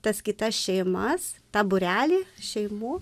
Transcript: tas kitas šeimas tą būrelį šeimų